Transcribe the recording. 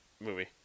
movie